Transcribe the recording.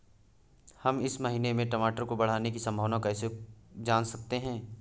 हम इस महीने में टमाटर के बढ़ने की संभावना को कैसे जान सकते हैं?